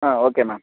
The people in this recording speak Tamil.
ah okay ma'am